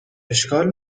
اشکال